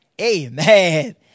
Amen